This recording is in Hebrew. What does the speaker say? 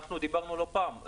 אנחנו דיברנו לא פעם,